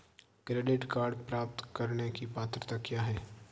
Credit card प्राप्त करने की पात्रता क्या है?